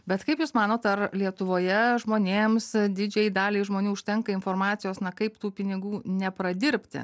bet kaip jūs manot ar lietuvoje žmonėms didžiajai daliai žmonių užtenka informacijos na kaip tų pinigų nepradirbti